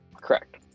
correct